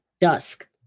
dusk